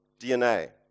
DNA